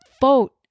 vote